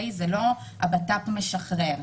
זה לא הבט"פ משחרר,